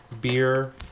beer